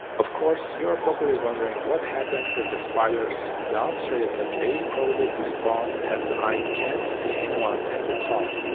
of course you are probably wondering what happened with the spiders, the answer is that they probably despawned as i can't see anyone at the top.